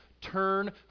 turn